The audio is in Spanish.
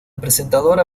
presentadora